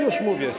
Już mówię.